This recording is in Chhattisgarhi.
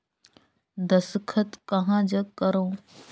दस्खत कहा जग करो?